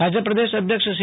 ભાજપ પ્રદેશ અધ્યક્ષ સી